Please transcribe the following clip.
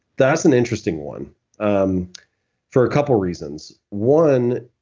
that's an interesting one um for a couple of reasons. one,